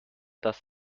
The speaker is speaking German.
das